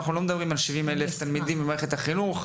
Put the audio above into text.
אנחנו לא מדברים על 70,000 תלמידים במערכת החינוך.